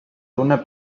tunne